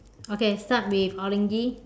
okay start with orange